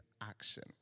action